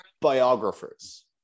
biographers